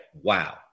wow